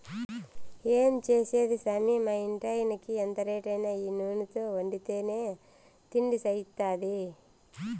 ఏం చేసేది సామీ మా ఇంటాయినకి ఎంత రేటైనా ఈ నూనెతో వండితేనే తిండి సయిత్తాది